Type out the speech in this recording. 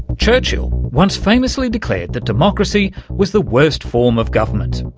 churchill once famously declared that democracy was the worst form of government,